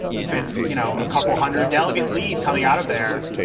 if it's, you know, a couple hundred delegate lead coming out of there,